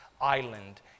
island